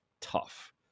tough